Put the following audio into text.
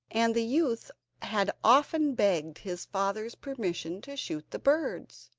and the youth had often begged his father's permission to shoot the birds,